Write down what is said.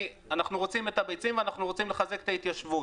כי אנחנו רוצים את הביצים ואנחנו רוצים לחזק את ההתיישבות.